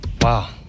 Wow